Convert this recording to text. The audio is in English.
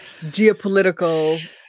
geopolitical